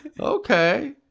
okay